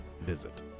visit